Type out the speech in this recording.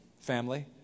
Family